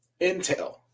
intel